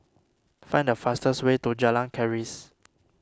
find the fastest way to Jalan Keris